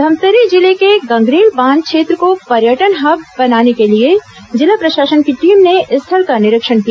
धमतरी जिले के गंगरेल बांध क्षेत्र को पर्यटन हब बनाने के लिए जिला प्रशासन की टीम ने स्थल का निरीक्षण किया